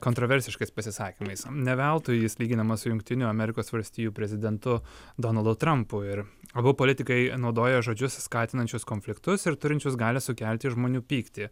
kontroversiškais pasisakymais ne veltui jis lyginamas su jungtinių amerikos valstijų prezidentu donaldu trampu ir abu politikai naudoja žodžius skatinančius konfliktus ir turinčius galią sukelti žmonių pyktį